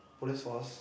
police force